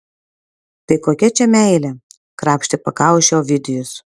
tai kokia čia meilė krapštė pakaušį ovidijus